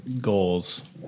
goals